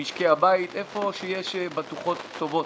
למשקי הבית, איפה שיש בטוחות טובות.